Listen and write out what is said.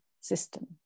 system